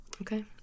Okay